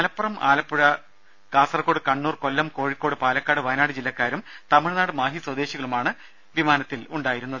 മലപ്പുറം ആലപ്പുഴ കാസർകോട് കണ്ണൂർ കൊല്ലം കോഴിക്കോട് പാലക്കാട് ജില്ലക്കാരും തമിഴ്നാട് മാഹി സ്വദേശികളുമാണ് വയനാട് വിമാനത്തിലുണ്ടായിരുന്നത്